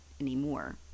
anymore